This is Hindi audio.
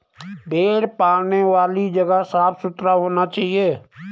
भेड़ पालने वाली जगह साफ सुथरा होना चाहिए